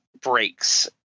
breaks